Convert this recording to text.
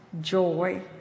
joy